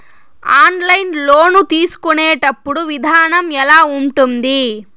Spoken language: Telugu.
ఆన్లైన్ లోను తీసుకునేటప్పుడు విధానం ఎలా ఉంటుంది